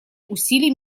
усилий